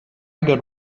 got